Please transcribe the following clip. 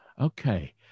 Okay